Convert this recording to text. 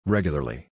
Regularly